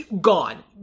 Gone